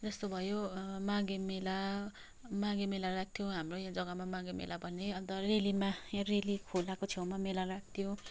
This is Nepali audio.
जस्तो भयो माघे मेला माघे मेला लाग्थ्यो हाम्रै यो जग्गामा माघे मेला भन्ने अन्त रेलीमा रेली खोलाको छेउमा मेला लाग्थ्यो